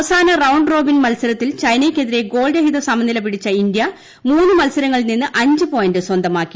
അവസാന round robin മത്സരത്തിൽ ചൈനയ്ക്കെതിരെ ഗോൾരഹിത സമനില പിടിച്ച ഇന്ത്യ മൂന്നു മത്സരങ്ങളിൽ നിന്ന് അഞ്ച് പോയിന്റ് സ്വന്തമാക്കി